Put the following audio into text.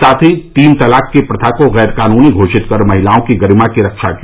साथ ही तीन तलाक की प्रथा को गैरकानूनी घोषित कर महिलाओं की गरिमा की रक्षा की